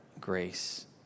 grace